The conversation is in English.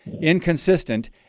inconsistent